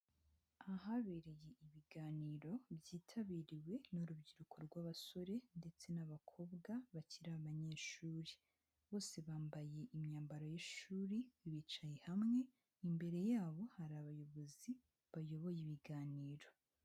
Ahabereye ibiganiro byitabiriwe n'urubyiruko rw'abasore ndetse n'abakobwa bakiri abanyeshuri, bose bambaye imyambaro y'ishuri bicaye hamwe, imbere yabo hari abayobozi bayoboye ibiganiro.